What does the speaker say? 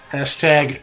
Hashtag